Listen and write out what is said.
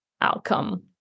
outcome